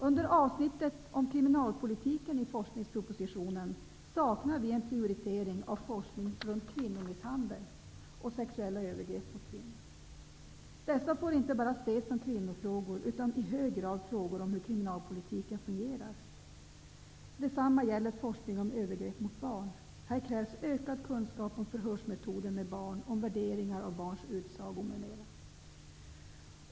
Under avsnittet om kriminalpolitiken i forskningspropositionen saknar vi en prioritering av forskning kring kvinnomisshandel och sexuella övergrepp mot kvinnor. Dessa saker får inte bara ses som kvinnofrågor, utan de skall också i hög grad ses som frågor om hur kriminalpolitiken fungerar. Detsamma gäller forskning i fråga om övergrepp mot barn. Här krävs ökad kunskap om metoder vid förhör med barn, om värderingar av barns utsago m.m.